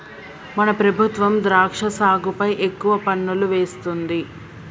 మన ప్రభుత్వం ద్రాక్ష సాగుపై ఎక్కువ పన్నులు వేస్తుంది